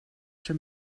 schon